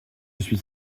suis